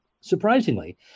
surprisingly